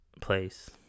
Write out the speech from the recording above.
place